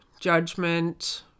judgment